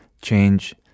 Change